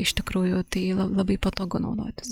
iš tikrųjų tai la labai patogu naudotis